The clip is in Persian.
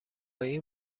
این